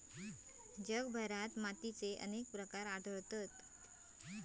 जगभरात मातीचे अनेक प्रकार आढळतत